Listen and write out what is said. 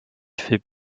fait